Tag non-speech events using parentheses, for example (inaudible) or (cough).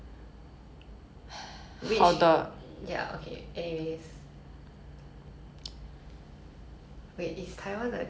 wait is taiwan a country (laughs) (noise)